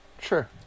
Sure